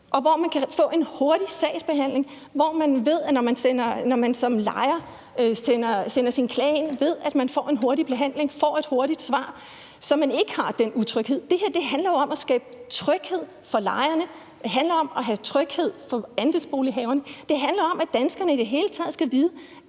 hvor man kan få en hurtig sagsbehandling, hvor man ved, at når man som lejer sender sin klage ind, får man en hurtig behandling, får et hurtigt svar, så man ikke har den utryghed. Det her handler jo om at skabe tryghed for lejerne. Det handler om at have tryghed for andelsbolighaverne. Det handler om, at danskerne i det hele taget skal vide,